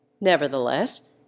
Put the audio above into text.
Nevertheless